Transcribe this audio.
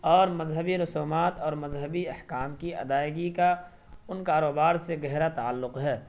اور مذہبی رسومات اور مذہبی احکام کی ادائیگی کا ان کاروبار سے گہرا تعلق ہے